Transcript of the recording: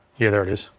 yeah, there it is.